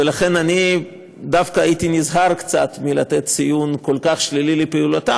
לכן אני דווקא הייתי נזהר קצת מלתת ציון כל כך שלילי לפעולתם,